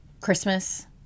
Christmas